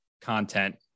content